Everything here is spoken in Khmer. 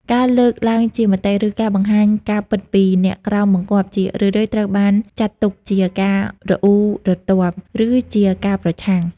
ការលើកឡើងជាមតិ ឬការបង្ហាញការពិតពីអ្នកក្រោមបង្គាប់ ជារឿយៗត្រូវបានចាត់ទុកជាការរអ៊ូរទាំ ឬជាការប្រឆាំង។